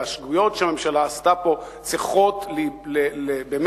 והשגיאות שהממשלה עשתה פה צריכות לעלות